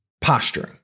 posturing